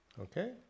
Okay